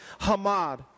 hamad